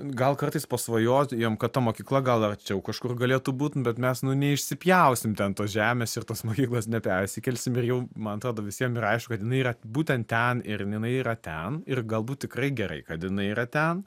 gal kartais pasvajot jiem kad ta mokykla gal arčiau kažkur galėtų būt bet mes nu neišsipjausim ten tos žemės ir tos mokyklos nepersikelsim ir jau man atrodo visiem ir aišku kad jinai yra būtent ten ir jinai yra ten ir galbūt tikrai gerai kad jinai yra ten